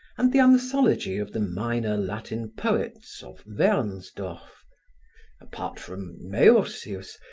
and the anthology of the minor latin poets of wernsdorf apart from meursius,